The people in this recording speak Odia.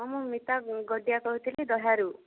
ହଁ ମୁଁ ମିତା ଗଦିଆ କହୁଥିଲି ଦହ୍ୟାରୁ